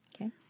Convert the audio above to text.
Okay